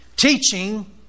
Teaching